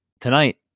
tonight